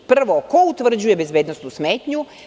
Prvo, ko utvrđuje bezbednosnu smetnju?